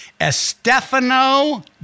Estefano